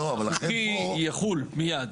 --- יחול מיד.